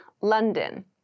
London